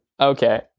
okay